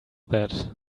that